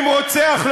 אם רוצח,